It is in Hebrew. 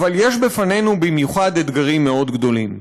אבל יש לפנינו במיוחד אתגרים מאוד גדולים.